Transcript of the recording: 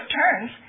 turns